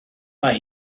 mae